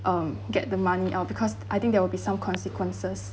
um get the money uh because I think there will be some consequences